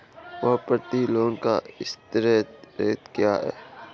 Property loan का interest rate क्या है?